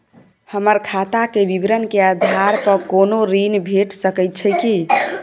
हमर खाता के विवरण के आधार प कोनो ऋण भेट सकै छै की?